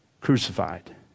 crucified